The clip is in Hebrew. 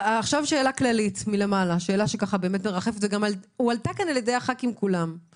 שאלה כללית שעלתה גם על ידי חברי הכנסת כולם,